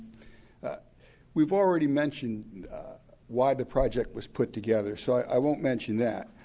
ah we've already mentioned why the project was put together so i won't mention that.